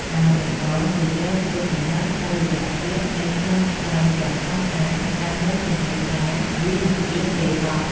ដោយដំបូងគឺត្រូវត្រួតពិនិត្យតុល្យភាពនៃស្លាបខ្លែងទាំងសងខាង ដើម្បីធានាថាវាមិនផ្អៀងពេលហោះ។